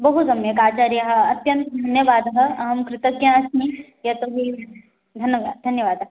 बहुसम्यक् आचार्याः अत्यन्तधन्यवादः अहं कृतज्ञास्मि यतोऽहि धन्यवा धन्यवादः